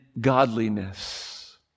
godliness